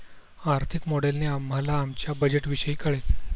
आर्थिक मॉडेलने आम्हाला आमच्या बजेटविषयी कळेल